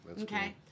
okay